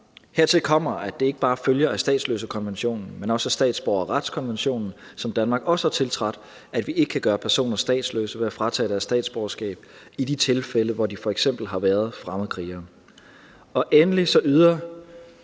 Hertil kommer, at det ikke bare følger af statsløsekonventionen, men også af statsborgerretskonventionen, som Danmark også har tiltrådt, at vi ikke kan gøre personer statsløse ved at fratage dem deres statsborgerskab i de tilfælde, hvor de f.eks. har været fremmedkrigere. Endelig giver